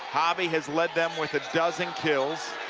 hobbie has led them with a dozen kills,